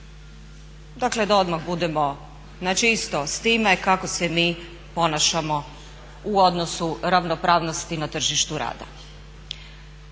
Dakle da odmah budemo na čisto s time kako se mi ponašamo u odnosu ravnopravnosti na tržištu rada.